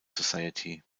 society